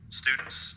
students